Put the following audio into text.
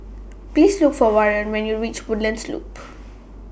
Please Look For Warren when YOU REACH Woodlands Loop